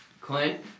Clint